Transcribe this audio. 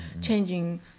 changing